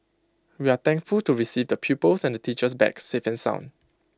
we are thankful to receive the pupils and the teachers back sound and safe